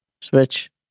Switch